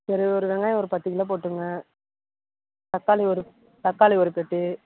சரி ஒரு வெங்காயம் ஒரு பத்து கிலோ போட்டுக்குங்க தக்காளி ஒரு தக்காளி ஒரு பெட்டி